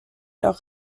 leur